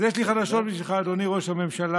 אז יש לי חדשות בשבילך, אדוני ראש הממשלה: